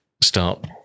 start